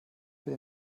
über